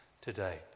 Today